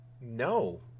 No